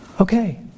Okay